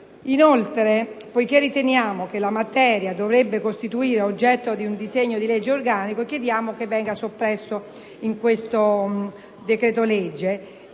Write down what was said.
Inoltre, poiché riteniamo che la materia dovrebbe costituire oggetto di un disegno di legge organico, chiediamo che venga soppressa da questo provvedimento.